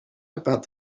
about